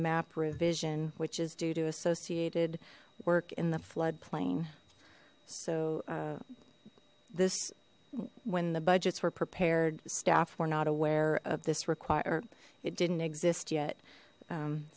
map revision which is due to associated work in the floodplain so this when the budgets were prepared staff were not aware of this require it didn't exist yet